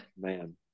man